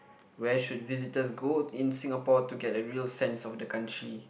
where should visitors go in Singapore to get a real sense of the country